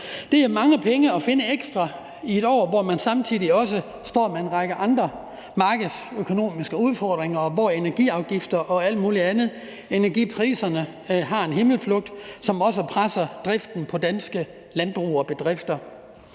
ekstra penge, der skal findes i et år, hvor man samtidig også står med en række andre markedsøkonomiske udfordringer, og hvor energiafgifter, energipriser og alt muligt andet har en himmelflugt, som også presser driften på danske landbrug og bedrifter.